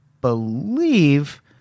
believe